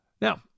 Now